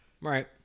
Right